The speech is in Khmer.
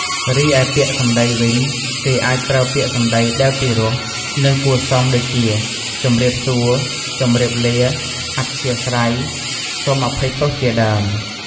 រីឯពាក្យសម្ដីវិញ គេអាចប្រើពាក្យសម្ដីដែលពិរោះ និងគួរសម ដូចជា ជំរាបសួរ ជំរាបលា អធ្យាស្រ័យ សូមអភ័យទោសជាដើម។